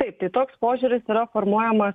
taip tai toks požiūris yra formuojamas